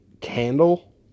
candle